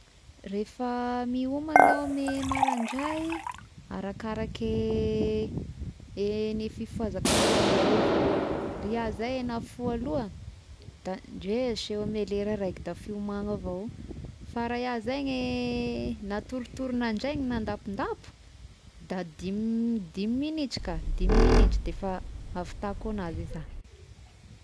Rehefa mihomagna iaho amin'ny maraindray arakaraky ny fifohazako maraindray avao, raha iaho izay nahafoha aloha da ndresy eo amin'ny lera raiky dafy fiomagna avao, fa raha iaho zegny natoritory nandraigny nandapindapy da dim- dimy minitra ka dimy minitra defa ahavitako agnazy izay.